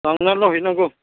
लांनाल' हैनांगौ